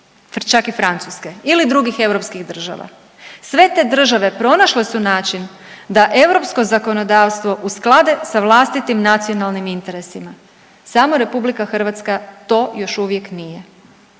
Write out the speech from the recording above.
čak i Francuske ili drugih europskih država. Sve te države pronašle su način da europsko zakonodavstvo usklade sa vlastitim nacionalnim interesima, samo RH to još uvijek nije.